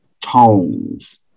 tones